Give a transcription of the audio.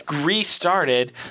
restarted